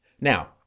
Now